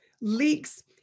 leaks